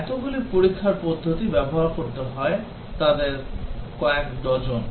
এতগুলি পরীক্ষার পদ্ধতি ব্যবহার করতে হয় তাদের কয়েক ডজন